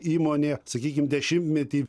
įmonė sakykim dešimtmetį